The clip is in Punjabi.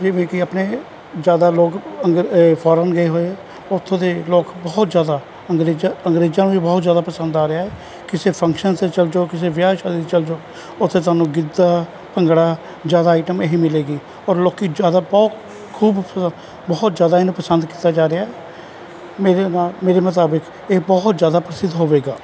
ਜਿਵੇਂ ਕਿ ਆਪਣੇ ਜਿਆਦਾ ਲੋਕ ਫੋਰਨ ਗਏ ਹੋਏ ਉਥੋਂ ਦੇ ਲੋਕ ਬਹੁਤ ਜਿਆਦਾ ਅੰਗਰੇਜ਼ ਅੰਗਰੇਜ਼ਾਂ ਨੂੰ ਵੀ ਬਹੁਤ ਜਿਆਦਾ ਪਸੰਦ ਆ ਰਿਹਾ ਕਿਸੇ ਫੰਕਸ਼ਨ ਤੇ ਚਲ ਜਓ ਕਿਸੇ ਵਿਆਹ ਤੇ ਚਲ ਜਓ ਉੱਥੇ ਤੁਹਾਨੂੰ ਕੀਤਾ ਭੰਗੜਾ ਜਿਆਦਾ ਆਈਟਮ ਇਹ ਮਿਲੇਗੀ ਔਰ ਲੋਕੀ ਜਿਆਦਾ ਬਹੁਤ ਖੂਬ ਬਹੁਤ ਜਿਆਦਾ ਇਹਨੂੰ ਪਸੰਦ ਕੀਤਾ ਜਾ ਰਿਹਾ ਮੇਰੇ ਨਾਲ ਮੇਰੇ ਮੁਤਾਬਿਕ ਇਹ ਬਹੁਤ ਜਿਆਦਾ ਪ੍ਰਸਿੱਧ ਹੋਵੇਗਾ